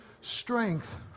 strength